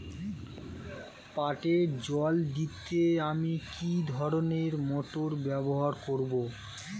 পাটে জল দিতে আমি কি ধরনের মোটর ব্যবহার করব?